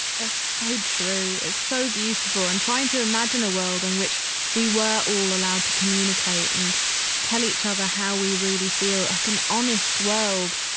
that's so true. it's so beautiful and trying to imagine a world in which we were all allowed to communicate and tell each other how we really feel. like an honest world,